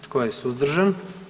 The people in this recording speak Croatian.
Tko je suzdržan?